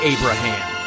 Abraham